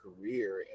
career